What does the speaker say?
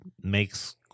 makes